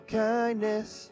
kindness